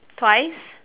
twice